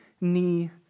knee